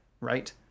Right